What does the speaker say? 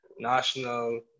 national